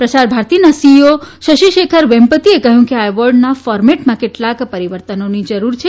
પ્રસારભારતીના CEO Shashishekhar વેંપતીએ કહ્યું કે આ એવોર્ડના ફોરમેટમાં કેટલાક પરિવર્તનોની જરૂર છે